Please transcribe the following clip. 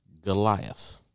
Goliath